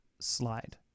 slide